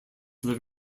live